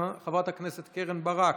חברת הכנסת קרן ברק,